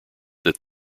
that